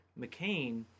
McCain